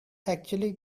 actually